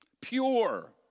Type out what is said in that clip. Pure